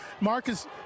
Marcus